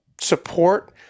support